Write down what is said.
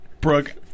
Brooke